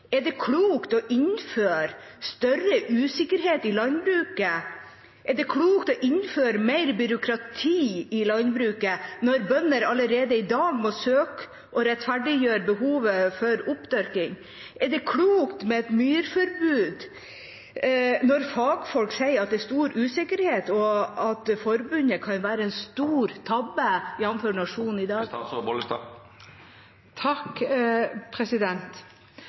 Er det klokt å innføre større usikkerhet i landbruket? Er det klokt å innføre mer byråkrati i landbruket når bønder allerede i dag må søke å rettferdiggjøre behovet for oppdyrking? Er det klokt med et myrforbud når fagfolk sier at det er stor usikkerhet, og at forbudet kan være en stor tabbe, jf. Nationen i dag?